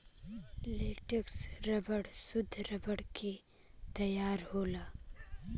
latex rubber सुद्ध rubber के तरह होला